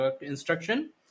instruction